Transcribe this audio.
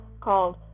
called